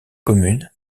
communes